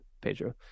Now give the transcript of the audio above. Pedro